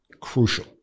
crucial